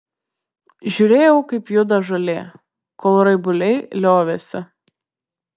žiūrėjau kaip juda žolė kol raibuliai liovėsi